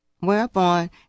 Whereupon